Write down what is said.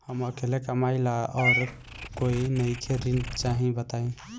हम अकेले कमाई ला और कोई नइखे ऋण चाही बताई?